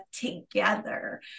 together